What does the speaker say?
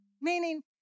meaning